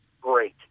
great